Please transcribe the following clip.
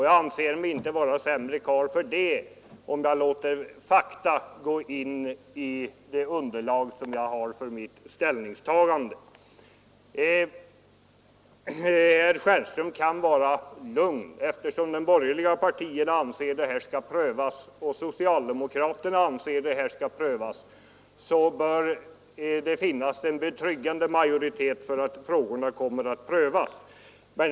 Jag anser mig inte vara sämre karl för att jag låter fakta påverka mitt ställningstagande. Herr Stjernström kan vara lugn! Eftersom de borgerliga partierna och socialdemokraterna anser att detta skall prövas, bör det finnas en betryggande majoritet för att det blir en sådan prövning.